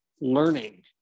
learning